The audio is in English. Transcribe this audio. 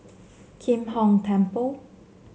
Kim Hong Temple